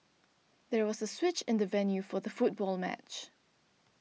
there was a switch in the venue for the football match